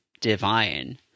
divine—